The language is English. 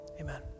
Amen